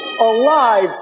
alive